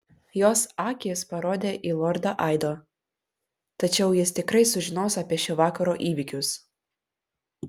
jos akys parodė į lordą aido tačiau jis tikrai sužinos apie šio vakaro įvykius